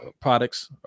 products